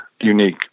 unique